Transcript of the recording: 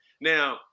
now